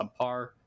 subpar